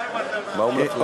מה הוא מלכלך?